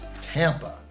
Tampa